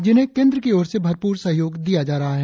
जिन्हें केंद्र की ओर से भरपूर सहयोग दिया जा रहा है